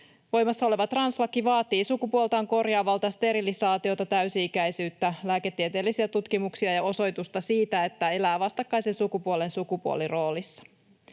Voimassa oleva translaki vaatii sukupuoltaan korjaavalta sterilisaatiota, täysi-ikäisyyttä, lääketieteellisiä tutkimuksia ja osoitusta siitä, että elää vastakkaisen sukupuolen sukupuoliroolissa.